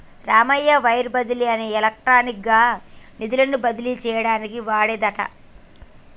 Ramayya wire బదిలీ అనేది electronic గా నిధులను బదిలీ చేయటానికి వాడేదట